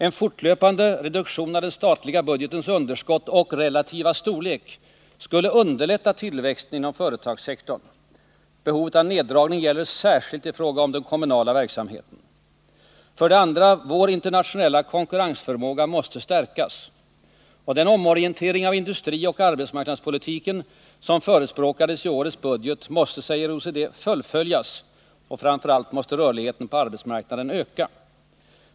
En fortlöpande reduktion av den statliga budgetens underskott och relativa storlek skulle underlätta tillväxten inom företagssek torn. Behovet av neddragning gäller särskilt i fråga om den kommunala verksamheten. För det andra måste vår internationella konkurrensförmåga stärkas. Den omorientering av industrioch arbetsmarknadspolitiken som förespråkades i årets budget måste, säger OECD, fullföljas. Framför allt måste rörligheten på arbetsmarknaden öka.